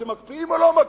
אתם מקפיאים או לא מקפיאים?